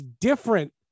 different